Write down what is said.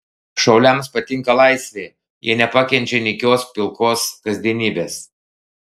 šauliams patinka laisvė jie nepakenčia nykios pilkos kasdienybės